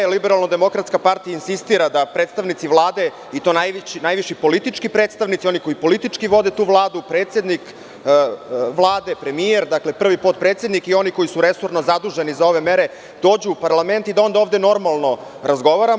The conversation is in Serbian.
Liberalnodemokratska partija insistira da predstavnici Vlade, i to najviši politički predstavnici, oni koji politički vode tu Vladu, predsednik Vlade, premijer, prvi potpredsednik i oni koji su resorno zaduženi za ove mere, dođu u parlament i da ovde normalno razgovaramo.